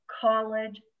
college